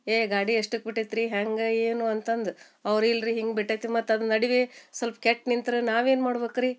ಏ ಗಾಡಿ ಎಷ್ಟಕ್ಕೆ ಬಿಟೈತಿ ರೀ ಹ್ಯಾಂಗ ಏನು ಅಂತಂದು ಅವ್ರು ಇಲ್ರಿ ಹಿಂಗೆ ಬಿಟೈತೆ ಮತ್ತು ಅದು ನಡ್ವಿ ಸಲ್ಪ ಕೆಟ್ಟು ನಿಂತ್ರ ನಾವೇನು ಮಾಡ್ಬಕು ರೀ